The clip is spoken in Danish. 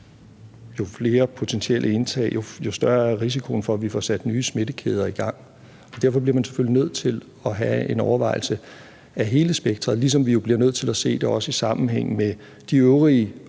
jo flere potentielle indtag, jo større er risikoen for, at vi får sat nye smittekæder i gang. Derfor bliver man selvfølgelig nødt til at have en overvejelse af hele spektret, ligesom vi jo også bliver nødt til at se det i en sammenhæng med de øvrige